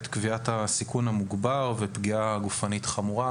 קביעת הסיכון המוגבר ופגיעה גופנית חמורה.